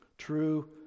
True